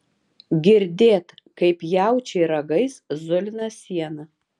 girdėt kaip jaučiai ragais zulina sieną